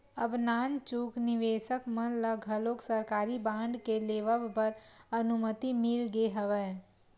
अब नानचुक निवेसक मन ल घलोक सरकारी बांड के लेवब बर अनुमति मिल गे हवय